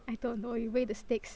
I don't know you weigh the stakes